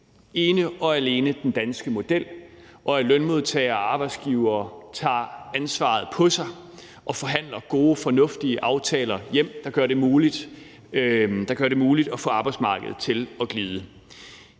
ene og alene den danske model, og at lønmodtagere og arbejdsgivere tager ansvaret på sig og forhandler gode, fornuftige aftaler hjem, der gør det muligt at få arbejdsmarkedet til at glide.